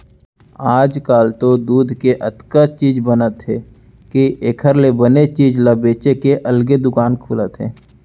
आजकाल तो दूद के अतका चीज बनत हे के एकर ले बने चीज ल बेचे के अलगे दुकान खुलत हे